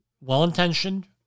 well-intentioned